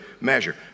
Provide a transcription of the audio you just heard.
measure